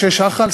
משה שחל,